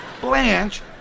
Blanche